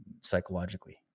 psychologically